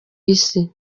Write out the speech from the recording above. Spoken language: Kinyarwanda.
isi